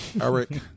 eric